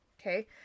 Okay